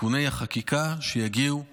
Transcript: לתיקוני החקיקה שיגיעו לכנסת.